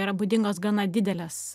yra būdingos gana didelės